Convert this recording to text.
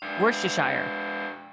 Worcestershire